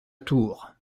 tour